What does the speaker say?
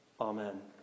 Amen